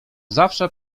zawsze